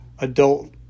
adult